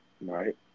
Right